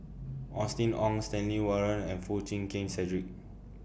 Austen Ong Stanley Warren and Foo Chee Keng Cedric